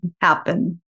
happen